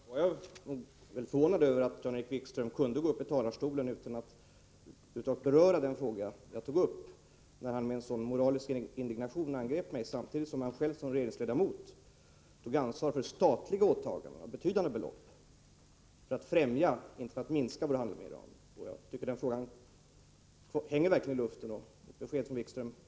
Herr talman! Jag är förvånad över att Jan-Erik Wikström kunde gå upp i talarstolen utan att beröra den fråga jag ställde om hur han med sådan moralisk indignation kunde angripa mig, samtidigt som han själv som regeringsledamot tog ansvar för statliga åtaganden för betydande belopp, inte för att minska vår handel med Iran, utan för att främja den.